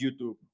YouTube